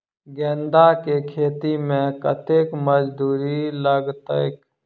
गेंदा केँ खेती मे कतेक मजदूरी लगतैक?